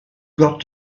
got